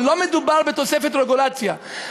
אבל לא מדובר בתוספת רגולציה,